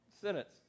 sentence